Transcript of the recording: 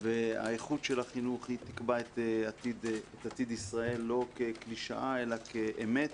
והאיכות של החינוך היא תקבע את עתיד ישראל לא כקלישאה אלא כאמת,